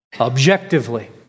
objectively